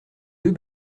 deux